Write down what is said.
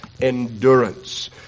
endurance